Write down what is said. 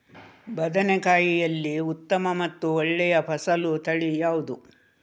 ಬದನೆಕಾಯಿಯಲ್ಲಿ ಉತ್ತಮ ಮತ್ತು ಒಳ್ಳೆಯ ಫಸಲು ತಳಿ ಯಾವ್ದು?